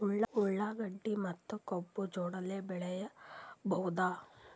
ಉಳ್ಳಾಗಡ್ಡಿ ಮತ್ತೆ ಕಬ್ಬು ಜೋಡಿಲೆ ಬೆಳಿ ಬಹುದಾ?